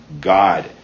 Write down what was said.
God